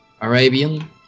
Arabian